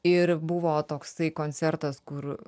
ir buvo toksai koncertas kur